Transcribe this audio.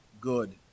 good